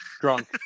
Drunk